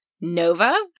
Nova